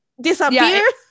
disappeared